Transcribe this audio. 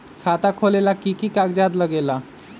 खाता खोलेला कि कि कागज़ात लगेला?